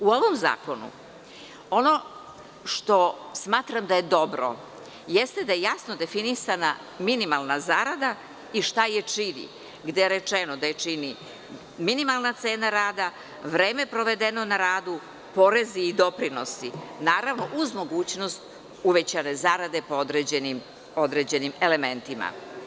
U ovom zakonu ono što smatram da je dobro jeste da je jasno definisana minimalna zarada i šta je čini, gde je rečeno da je čini minimalna cena rada, vreme provedeno na radu, porezi i doprinosi, naravno uz mogućnost uvećane zarade po određenim elementima.